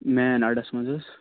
main اَڈس منٛز حظ